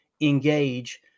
engage